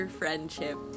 friendship